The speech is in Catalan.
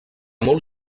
molt